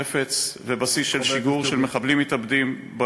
נפץ ובסיס לשיגור מחבלים מתאבדים, חבר הכנסת יוגב.